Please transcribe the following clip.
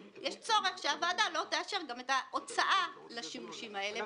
יש צורך שהוועדה לא תאשר גם את ההוצאה לשימושים האלה.